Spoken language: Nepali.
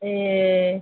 ए